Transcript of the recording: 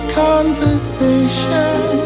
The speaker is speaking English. conversation